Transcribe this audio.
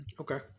Okay